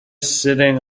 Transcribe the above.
sitting